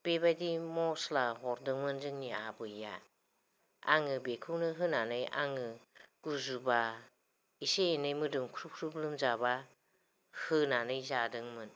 बेबायदि मस्ला हरदोंमोन जोंनि आबैआ आङो बेखौनो होनानै आङो गुजुब्ला एसे एनै मोदोम ख्रु ख्रुब लोमजाब्ला होनानै जादोंमोन